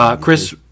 Chris